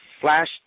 Flash